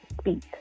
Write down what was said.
speak